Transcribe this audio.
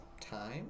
time